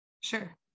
Sure